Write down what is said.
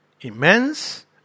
immense